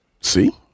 See